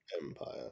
Empire